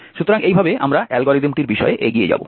সুতরাং এইভাবে আমরা অ্যালগরিদমটির বিষয়ে এগিয়ে যাব